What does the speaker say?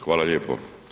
Hvala lijepo.